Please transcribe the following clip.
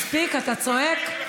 אתה צועק.